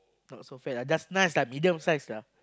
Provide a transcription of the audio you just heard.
not so fat ah just nice lah medium size lah